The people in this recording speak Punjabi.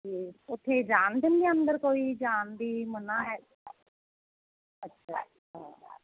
ਵੀ ਉੱਥੇ ਜਾਣ ਦਿੰਦੇ ਅੰਦਰ ਕੋਈ ਜਾਣ ਦੀ ਮਨਾ ਹੈ ਅੱਛਾ ਅੱਛਾ